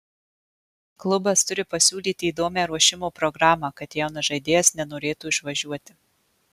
klubas turi pasiūlyti įdomią ruošimo programą kad jaunas žaidėjas nenorėtų išvažiuoti